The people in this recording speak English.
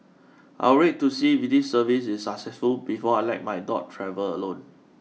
I'll wait to see if this service is successful before I let my dog travel alone